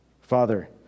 Father